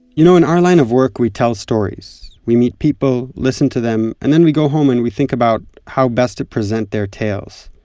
you know, in our line of work we tell stories. we meet people, listen to them, and then we go home, and we think about how best to present their tales.